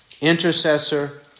intercessor